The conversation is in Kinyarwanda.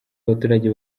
abaturage